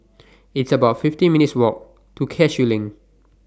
It's about fifty minutes' Walk to Cashew LINK